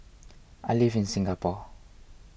I live in Singapore